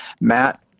Matt